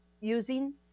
using